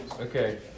Okay